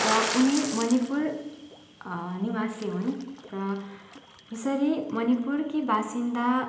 र उनी मणिपुर निवासी हुन् र त्यसरी मणिपुरकी बासिन्दा